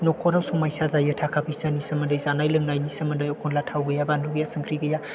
न'खराव समयसा जायो थाखा फैसानि सोमोन्दै जानाय लोंनायनि सोमोन्दै एखनब्ला थाव गैया बानलु गैया संख्रि गैया